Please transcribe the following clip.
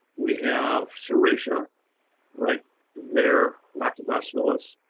we have serratia right there, lactobacillus,